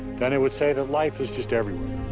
then it would say that life is just everywhere.